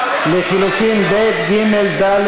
לחלופין ב', ג', ד',